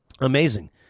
Amazing